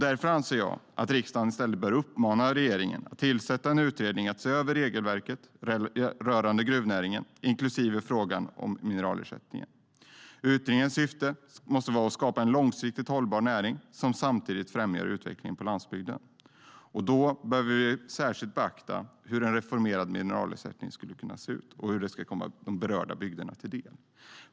Därför anser jag att riksdagen bör uppmana regeringen att tillsätta en utredning för att se över regelverket rörande gruvnäringen, inklusive frågan om mineralersättningen. Utredningens syfte måste vara att skapa en långsiktigt hållbar näring som samtidigt främjar utvecklingen på landsbygden. Då behöver vi särskilt beakta hur en reformerad mineralersättning skulle kunna se ut och hur det ska komma de berörda bygderna till del.